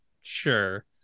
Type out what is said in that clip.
sure